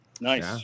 nice